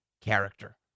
character